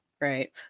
right